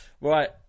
right